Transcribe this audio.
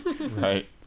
right